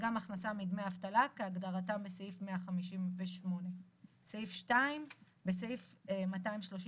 גם הכנסה מדמי אבטלה כהגדרתם בסעיף 158"; (2)בסעיף 238,